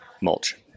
mulch